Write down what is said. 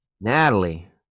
Natalie